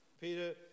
Peter